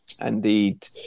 indeed